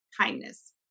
kindness